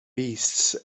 beasts